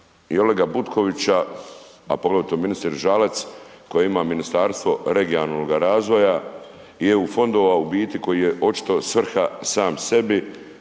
i Olega Butkovića, a poglavito ministrice Žalac koja ima Ministarstvo regionalnoga razvoja i EU fondova u biti koji je očito svrha sam sebi